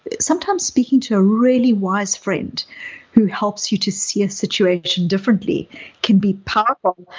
sometimes speaking to a really wise friend who helps you to see a situation differently can be powerful.